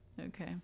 Okay